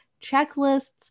checklists